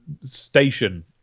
station